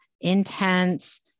intense